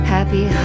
Happy